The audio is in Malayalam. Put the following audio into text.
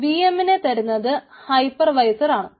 vm നെ തരുന്നത് ഹൈപ്പർവൈസറാണ്